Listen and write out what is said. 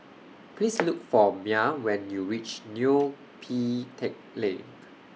Please Look For Myah when YOU REACH Neo Pee Teck Lane